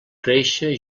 créixer